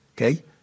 okay